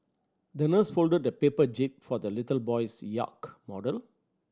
the nurse folded a paper jib for the little boy's yacht model